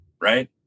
Right